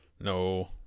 No